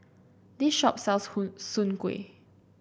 this shop sells Soon Kway